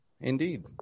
indeed